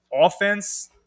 offense –